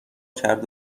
کرد